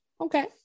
okay